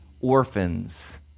orphans